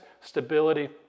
stability